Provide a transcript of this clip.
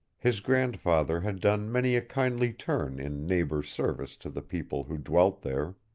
his grandfather had done many a kindly turn in neighbor's service to the people who dwelt there.